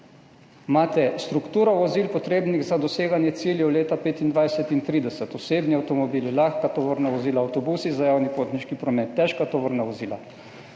Imate strukturo vozil, potrebnih za doseganje ciljev leta 2025 in 2030, osebne avtomobile, lahka tovorna vozila, avtobuse za javni potniški promet, težka tovorna vozila,